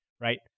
right